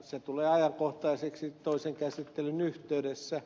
se tulee ajankohtaisesti toisen käsittelyn yhteydessä